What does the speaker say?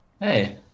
Hey